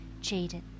jaded